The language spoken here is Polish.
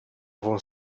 ową